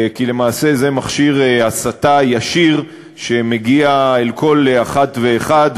כי למעשה זה מכשיר הסתה ישיר שמגיע אל כל אחת ואחד,